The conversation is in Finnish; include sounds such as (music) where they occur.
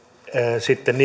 sitten (unintelligible)